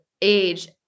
age